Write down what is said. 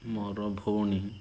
ମୋର ଭଉଣୀ